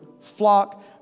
flock